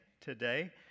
today